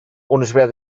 universidad